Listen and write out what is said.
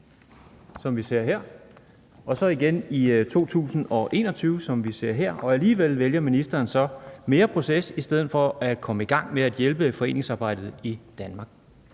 som vi ser her (Stén Knuth holder et andet stykke papir op), og alligevel vælger ministeren mere proces i stedet for at komme i gang med at hjælpe foreningsarbejdet i Danmark?